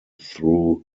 through